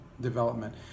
development